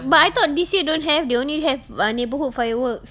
but I thought this year don't have they only have uh neighbourhood fireworks